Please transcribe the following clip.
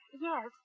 Yes